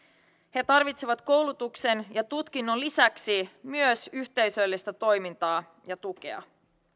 he tarvitsevat koulutuksen ja tutkinnon lisäksi myös yhteisöllistä toimintaa ja tukea